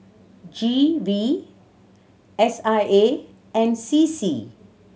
G V S I A and C C